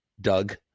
Doug